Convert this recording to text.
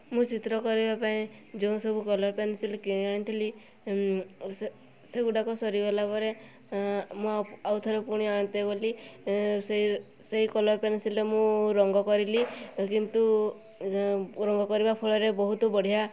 ମୁଁ ଚିତ୍ର କରିବା ପାଇଁ ଯେଉଁସବୁ କଲର୍ ପେନସିଲ୍ କିଣି ଆଣିଥିଲି ସେ ସେଗୁଡ଼ାକ ସରିଗଲା ପରେ ମୁଁ ଆଉ ଆଉଥରେ ପୁଣି ଆଣିତେ ଗଲି ସେଇ ସେଇ କଲର୍ ପେନସିଲ୍ରେ ମୁଁ ରଙ୍ଗ କରିଲି କିନ୍ତୁ ରଙ୍ଗ କରିବା ଫଳରେ ବହୁ ବଢ଼ିଆ